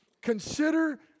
Consider